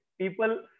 People